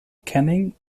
canning